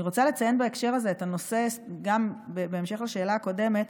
אני רוצה לציין בהקשר הזה, גם בהמשך לשאלה הקודמת,